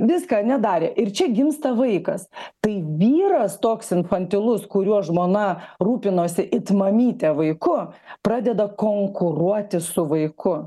viską ane darė ir čia gimsta vaikas tai vyras toks infantilus kuriuo žmona rūpinosi it mamytė vaiku pradeda konkuruoti su vaiku